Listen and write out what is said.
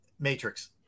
Matrix